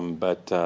um but,